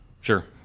Sure